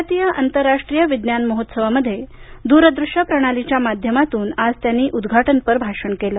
भारतीय आंतरराष्ट्रीय विज्ञान महोत्सवामध्ये दूर दृष्य प्रणालीच्या माध्यमातून आज त्यांनी उद्घाटनपर भाषण केलं